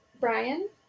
Brian